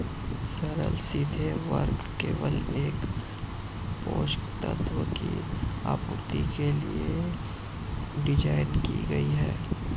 सरल सीधे उर्वरक केवल एक पोषक तत्व की आपूर्ति के लिए डिज़ाइन किए गए है